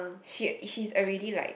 she she is already like